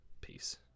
peace